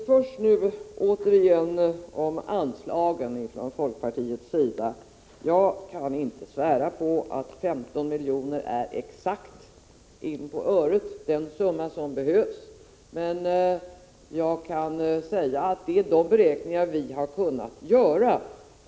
Herr talman! Jag kan, för att återgå till frågan om anslagen, inte svära på att 15 milj.kr. exakt på öret är den summa som behövs. Men det är beloppet enligt de beräkningar vi har kunnat göra.